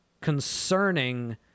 concerning